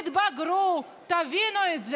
תתבגרו, תבינו את זה.